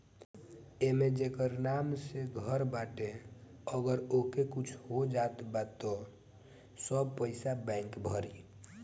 एमे जेकर नाम से घर बाटे अगर ओके कुछ हो जात बा त सब पईसा बैंक भरी